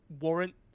warrant